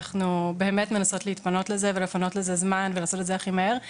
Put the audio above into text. אנחנו באמת מנסות להתפנות לזה ולפנות לזה זמן ולעשות את זה הכי מהר,